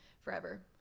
forever